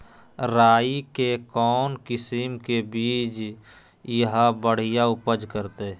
राई के कौन किसिम के बिज यहा बड़िया उपज करते?